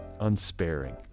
unsparing